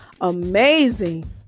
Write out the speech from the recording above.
amazing